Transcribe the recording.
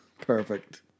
Perfect